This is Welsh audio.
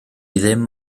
ddim